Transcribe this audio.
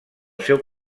seu